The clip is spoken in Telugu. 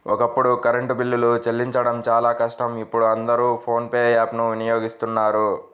ఒకప్పుడు కరెంటు బిల్లులు చెల్లించడం చాలా కష్టం ఇప్పుడు అందరూ ఫోన్ పే యాప్ ను వినియోగిస్తున్నారు